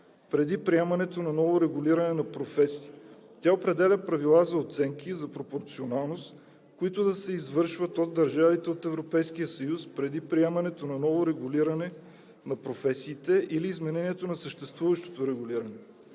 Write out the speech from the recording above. преди приемането на ново регулиране на професии. Тя определя правила за оценки за пропорционалност, които да се извършват от държавите от Европейския съюз преди приемането на ново регулиране на професиите или изменението на съществуващото регулиране.